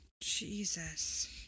jesus